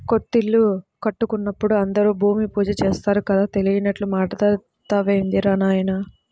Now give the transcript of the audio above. కొత్తిల్లు కట్టుకుంటున్నప్పుడు అందరూ భూమి పూజ చేత్తారు కదా, తెలియనట్లు మాట్టాడతావేందిరా నాయనా